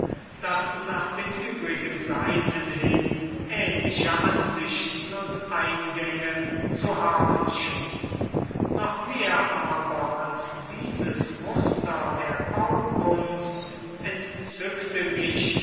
das nach den übrigen seiten hin ähnliche ansichten und eingänge zu haben schien noch mehr aber als dieses muster der baukunst entzückte mich